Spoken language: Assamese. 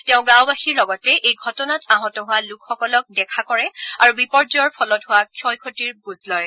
তেওঁ গাঁওবাসীৰ লগতে এই ঘটনাত আহত হোৱা লোকসকলক দেখা কৰে আৰু বিপৰ্যয়ৰ ফলত হোৱা ক্ষয়ক্ষতিৰ বুজ লয়